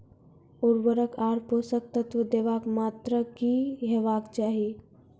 उर्वरक आर पोसक तत्व देवाक मात्राकी हेवाक चाही?